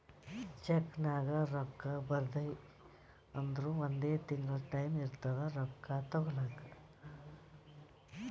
ಚೆಕ್ನಾಗ್ ರೊಕ್ಕಾ ಬರ್ದಿ ಅಂದುರ್ ಒಂದ್ ತಿಂಗುಳ ಟೈಂ ಇರ್ತುದ್ ರೊಕ್ಕಾ ತಗೋಲಾಕ